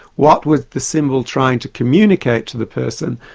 what was the symbol trying to communicate to the person,